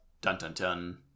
Dun-dun-dun